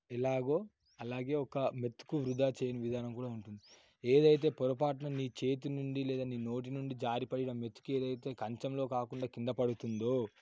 ఎలాగో అలాగే ఒక మెతుకు వృధా చేయని విధానం కూడా ఉంటుంది ఏదైతే పొరపాటున నీ చేతి నుండి లేదని నోటి నుండి జారిపోయిన మెతుకైతే కంచంలో కాకుండా కింద పడుతుందో